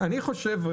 הדיווח.